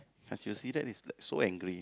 can't you see that he's so angry